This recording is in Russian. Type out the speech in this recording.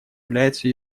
является